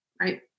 Right